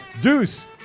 Deuce